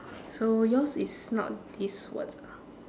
so yours is not these words ah